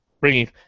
bringing